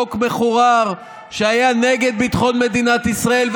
היה חוק מחורר שהיה נגד ביטחון מדינת ישראל,